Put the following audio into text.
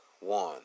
one